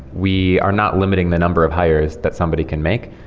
we are not limiting the number of hires that somebody can make.